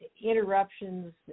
interruptions